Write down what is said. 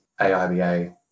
AIBA